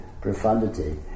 profundity